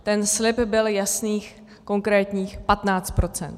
Ten slib byl jasných, konkrétních 15 %.